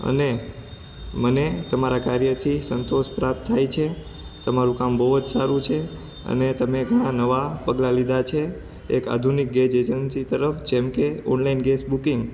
અને મને તમારા કાર્યથી સંતોષ પ્રાપ્ત થાય છે તમારું કામ બહુ સારું છે અને તમે ઘણા નવા પગલાં લીધા છે એ આધુનિક ગેસ એજન્સી તરફ જેમકે ઓનલાઈન ગેસ બુકિંગ